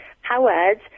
Howard